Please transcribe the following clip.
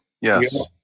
yes